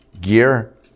gear